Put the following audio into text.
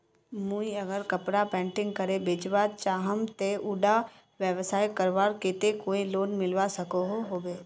मुई अगर कपड़ा पेंटिंग करे बेचवा चाहम ते उडा व्यवसाय करवार केते कोई लोन मिलवा सकोहो होबे?